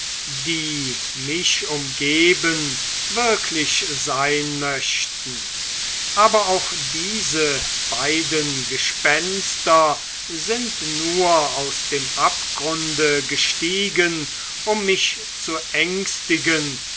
die mich umgeben wirklich sein möchten aber auch diese beiden gespenster sind nur aus dem abgrunde gestiegen um mich zu ängstigen